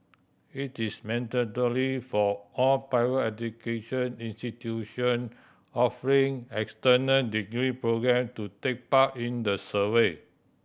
it is mandatory for all private education institution offering external degree programme to take part in the survey